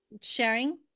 sharing